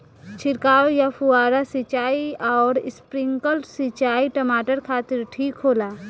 छिड़काव या फुहारा सिंचाई आउर स्प्रिंकलर सिंचाई टमाटर खातिर ठीक होला?